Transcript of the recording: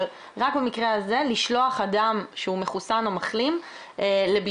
אבל רק במקרה הזה לשלוח אדם שהוא מחוסן או מחלים לבידוד,